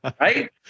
right